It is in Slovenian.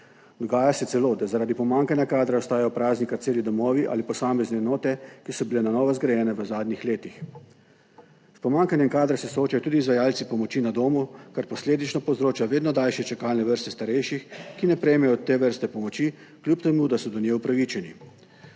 Dogaja se celo, da zaradi pomanjkanja kadra ostajajo prazni kar celi domovi ali posamezne enote, ki so bile na novo zgrajene v zadnjih letih. S pomanjkanjem kadra se soočajo tudi izvajalci pomoči na domu, kar posledično povzroča vedno daljše čakalne vrste starejših, ki ne prejmejo te vrste pomoči, kljub temu da so do nje upravičeni?